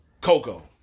Coco